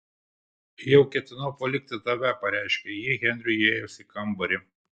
jau ketinau palikti tave pareiškė ji henriui įėjus į kambarį